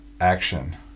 action